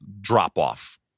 drop-off